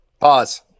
pause